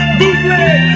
bootleg